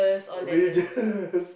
religious